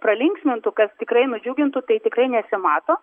pralinksmintų kas tikrai nudžiugintų tai tikrai nesimato